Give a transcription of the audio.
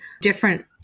different